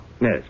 Yes